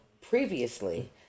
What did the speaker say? previously